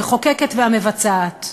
המחוקקת והמבצעת.